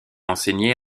enseigné